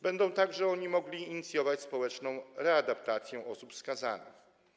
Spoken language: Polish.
Będą oni także mogli inicjować społeczną readaptację osób skazanych.